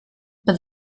but